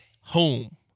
home